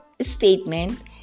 statement